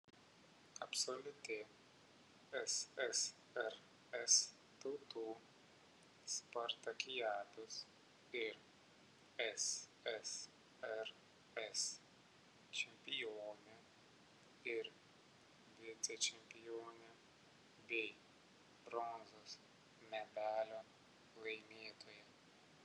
absoliuti ssrs tautų spartakiados ir ssrs čempionė ir vicečempionė bei bronzos medalio laimėtoja